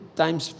times